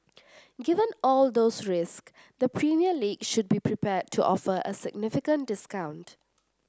given all those risks the Premier League should be prepared to offer a significant discount